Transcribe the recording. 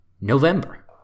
November